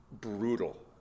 brutal